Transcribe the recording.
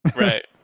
Right